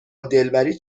دلبری